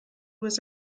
was